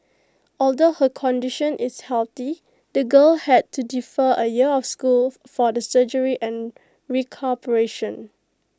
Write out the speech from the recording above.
although her condition is healthy the girl had to defer A year of school for the surgery and recuperation